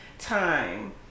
Time